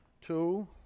two